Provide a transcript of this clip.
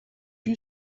you